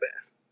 best